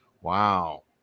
Wow